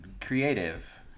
creative